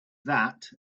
that